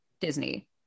Disney